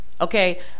okay